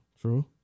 True